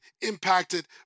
impacted